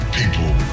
people